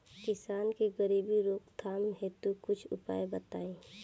किसान के गरीबी रोकथाम हेतु कुछ उपाय बताई?